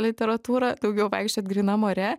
literatūrą daugiau vaikščiot grynam ore